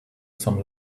some